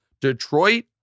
Detroit